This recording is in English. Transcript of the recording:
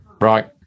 Right